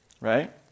right